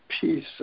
peace